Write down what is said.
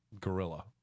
gorilla